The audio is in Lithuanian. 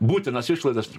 būtinas išlaidas